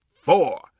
four